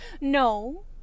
No